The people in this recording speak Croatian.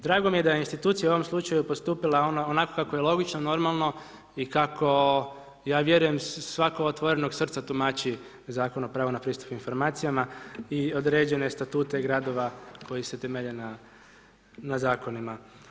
Drago mi je da je institucija u ovom slučaju postupila onako kako je logično normalno i kako ja vjerujem svako otvorenog srca tumači Zakon o pravu na pristup informacijama i određene statute gradova koji se temelje na zakonima.